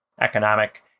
economic